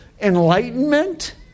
enlightenment